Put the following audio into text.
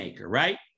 right